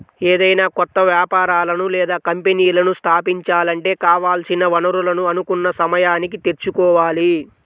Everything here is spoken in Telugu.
ఏదైనా కొత్త వ్యాపారాలను లేదా కంపెనీలను స్థాపించాలంటే కావాల్సిన వనరులను అనుకున్న సమయానికి తెచ్చుకోవాలి